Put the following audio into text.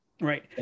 Right